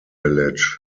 village